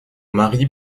mari